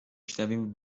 شنویم